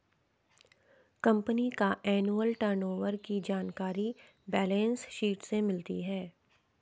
company का annual turnover की जानकारी बैलेंस शीट से मिलती है